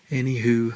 Anywho